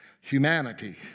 humanity